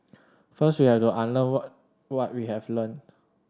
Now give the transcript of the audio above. first we have to unlearn what we have learnt